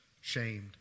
shamed